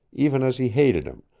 even as he hated him,